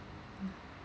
ya